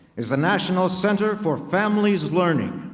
is the national center for families learning,